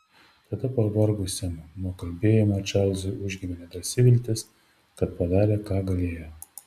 tada pavargusiam nuo kalbėjimo čarlzui užgimė nedrąsi viltis kad padarė ką galėjo